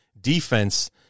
defense